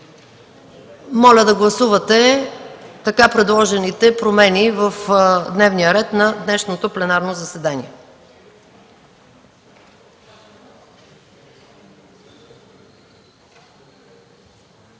Моля да гласувате така предложените промени в дневния ред на днешното пленарно заседание.